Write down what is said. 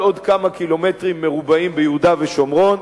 עוד כמה קילומטרים מרובעים ביהודה ושומרון,